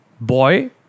boy